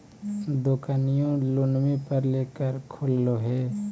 दोकनिओ लोनवे पर लेकर खोललहो हे?